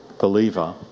believer